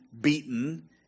beaten